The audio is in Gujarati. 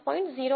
075 અને 1